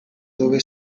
dove